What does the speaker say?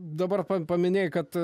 dabar paminėjo kad